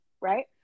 right